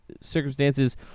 circumstances